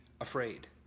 afraid